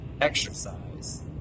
exercise